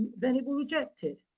then it will reject it.